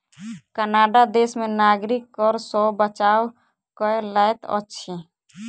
Canada देश में नागरिक कर सॅ बचाव कय लैत अछि